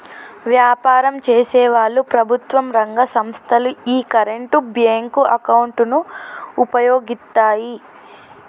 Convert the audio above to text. వ్యాపారం చేసేవాళ్ళు, ప్రభుత్వం రంగ సంస్ధలు యీ కరెంట్ బ్యేంకు అకౌంట్ ను వుపయోగిత్తాయి